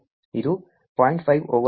5 over 2